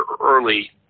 early